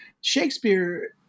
shakespeare